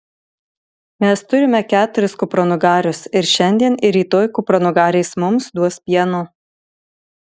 mes turime keturis kupranugarius ir šiandien ir rytoj kupranugarės mums duos pieno